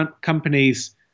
companies